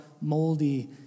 moldy